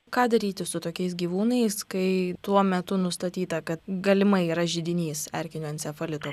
ką daryti su tokiais gyvūnais kai tuo metu nustatyta kad galimai yra židinys erkinio encefalito